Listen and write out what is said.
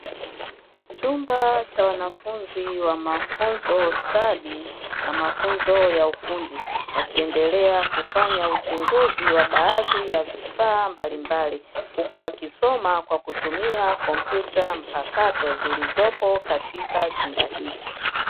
Chumba cha wanafunzi wa mafunzo stadi na mafunzo ya ufundi wakiendelea kufanya uchunguzi wa baadhi ya vifaa mbalimbali, huku wakisoma kwa kutumia kompyuta mpakato zilizopo ndani ya chumba hicho.